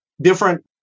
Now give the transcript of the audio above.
different